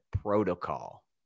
protocol